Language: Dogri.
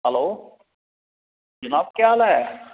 हैलो जनाब केह् हाल ऐ